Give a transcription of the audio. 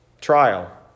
trial